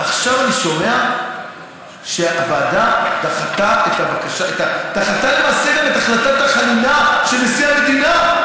ועכשיו הוא שומע שהוועדה דחתה את החלטת החנינה של נשיא המדינה,